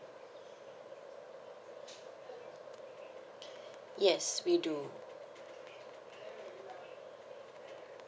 yes we do